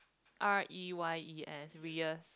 R E Y U_S reyus